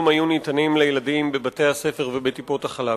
היו ניתנים לילדים בבתי-הספר ובטיפות-החלב.